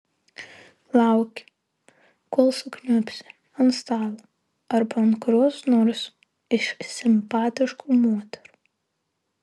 lauki kol sukniubsi ant stalo arba ant kurios nors iš simpatiškų moterų